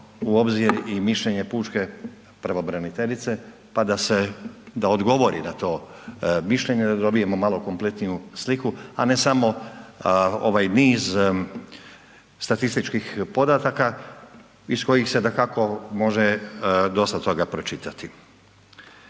u obzir i mišljenje pučke pravobraniteljice, pa da se da odgovori na to mišljenje da dobijemo malo kompletniju sliku, a ne samo ovaj niz statističkih podataka iz kojih se dakako može dosta toga pročitati.